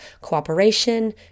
cooperation